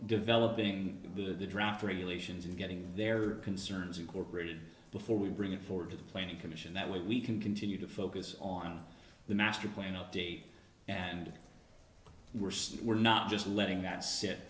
developing the draft regulations and getting their concerns incorporated before we bring it forward to the planning commission that we can continue to focus on the master plan update and we're so we're not just letting that sit